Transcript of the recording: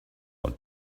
are